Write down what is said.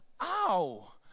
ow